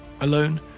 alone